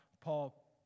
Paul